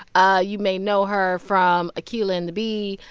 ah you may know her from akeelah and the bee.